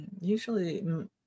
Usually